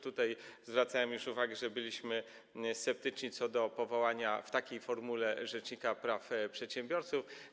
Tutaj zwracałem już uwagę, że byliśmy sceptyczni co do powołania w takiej formule rzecznika praw przedsiębiorców.